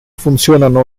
funzionano